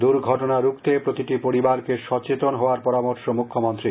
দুর্ঘটনা রুখতে প্রতিটি পরিবারকে সচেতন হওয়ার পরামর্শ মুথ্যমন্ত্রীর